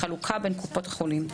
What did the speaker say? תוך חלוקה בין קופות החולים.